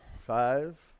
Five